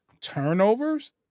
turnovers